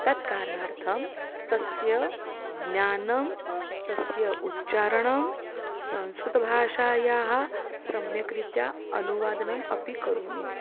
तत्कारणार्थं तस्य ज्ञानं तस्य उच्चारणं संस्कृतभाषायाः सम्यक्रीत्या अनुवादनम् अपि करोमि